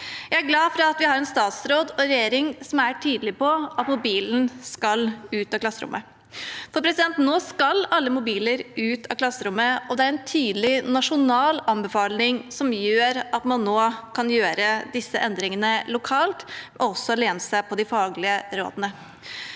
Jeg er glad for at vi har en statsråd og en regjering som er tydelig på at mobilen skal ut av klasserommet. Nå skal alle mobiler ut av klasserommet, og det er en tydelig nasjonal anbefaling som gjør at man nå kan gjøre disse endringene lokalt, og også støtte seg til de faglige rådene.